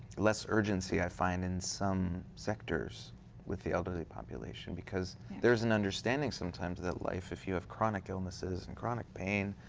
less urgency i find in some sectors with the elderly population because there's an understanding sometimes that life is, if you have chronic illnesses, and chronic pain,